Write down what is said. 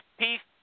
peace